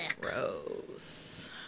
Gross